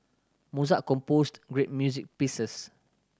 Mozart composed great music pieces